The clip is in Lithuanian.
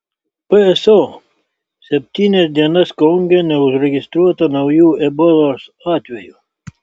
pso septynias dienas konge neužregistruota naujų ebolos atvejų